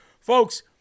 Folks